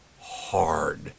hard